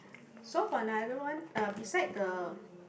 so for another one uh beside the